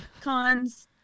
Cons